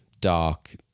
dark